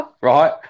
right